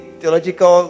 theological